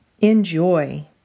Enjoy